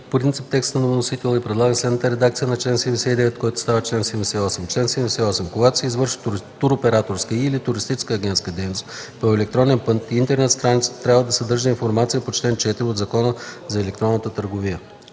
принцип текста на вносителя и предлага следната редакция на чл. 79, който става чл. 78: „Чл. 78. Когато се извършва туроператорска и/или туристическа агентска дейност по електронен път, интернет страницата трябва да съдържа информацията по чл. 4 от Закона за електронната търговия.”